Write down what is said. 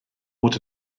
mod